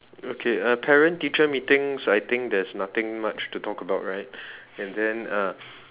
okay uh parent teacher meetings I think there's nothing much to talk about right and then uh